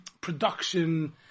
production